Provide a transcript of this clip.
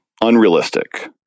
unrealistic